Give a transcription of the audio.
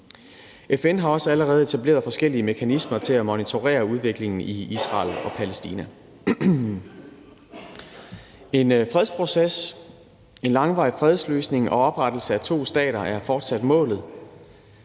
FN har også allerede etableret forskellige mekanismer til at monitorere udviklingen i Israel og Palæstina. En fredsproces, en langvarig fredsløsning og oprettelse af to stater er fortsat målet